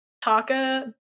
Taka